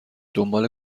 دنبال